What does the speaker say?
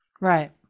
Right